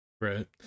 right